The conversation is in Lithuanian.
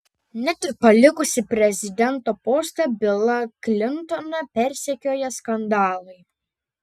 net ir palikusį prezidento postą bilą klintoną persekioja skandalai